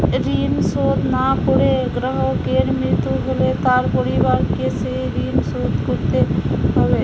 ঋণ শোধ না করে গ্রাহকের মৃত্যু হলে তার পরিবারকে সেই ঋণ শোধ করতে হবে?